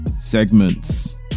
segments